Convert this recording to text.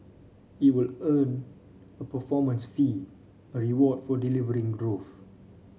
it will earn a performance fee a reward for delivering growth